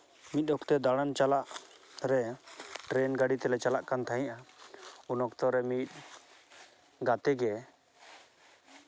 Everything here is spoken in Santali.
ᱢᱤᱫ ᱚᱠᱛᱮ ᱫᱟᱬᱟᱱ ᱪᱟᱞᱟᱜ ᱨᱮ ᱴᱨᱮᱱ ᱜᱟᱹᱰᱤ ᱛᱮᱞᱮ ᱪᱟᱞᱟᱜ ᱠᱟᱱ ᱛᱟᱦᱮᱸᱜᱼᱟ ᱩᱱ ᱚᱠᱛᱚ ᱨᱤᱱᱤᱡ ᱜᱟᱛᱮ ᱜᱮ